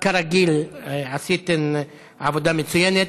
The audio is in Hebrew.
כרגיל, עשיתן עבודה מצוינת,